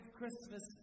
Christmas